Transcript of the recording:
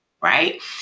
Right